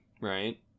right